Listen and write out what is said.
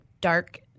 dark